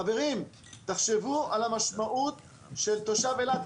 חברים, תחשבו על המשמעות לתושב אילת.